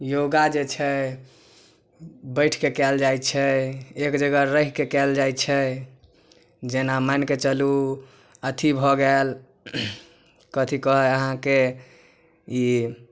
योगा जे छै बैठिके कएल जाइ छै एक जगह रहिके कएल जाइ छै जेना मानिके चलू अथी भऽ गेल कथी कहै हइ अहाँके ई